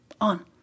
on